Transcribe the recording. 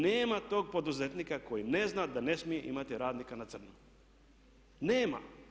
Nema tog poduzetnika koji ne znam da ne smije imati radnika na crno, nema.